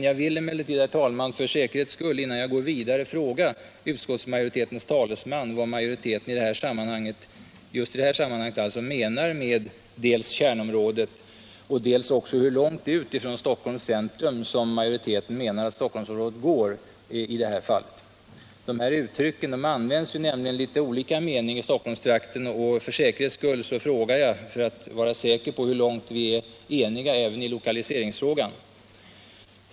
Jag vill emellertid, herr talman, innan jag går vidare för säkerhets skull fråga utskottets talesman dels vad majoriteten just i detta sammanhang menar med kärnområdet, dels hur långt ut från Stockholms centrum som utskottsmajoriteten menar att Stockholmsområdet sträcker sig i detta fall. Dessa uttryck används nämligen i olika betydelser i Stockholmstrakten. Jag frågar för att vara säker på hur långt vi är eniga även i lokaliseringsfrågan.